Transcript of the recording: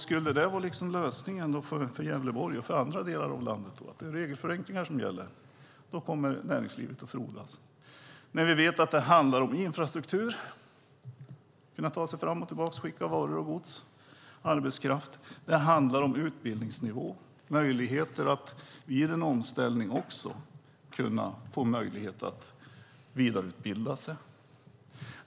Skulle lösningen för Gävleborg och för andra delar av landet vara att det är regelförenklingar som gäller? Kommer näringslivet att frodas då? Vi vet ju att det handlar om infrastruktur - att kunna ta sig fram och tillbaka och skicka varor, gods och arbetskraft. Det handlar om utbildningsnivå - möjligheter att i en omställning få vidareutbilda sig.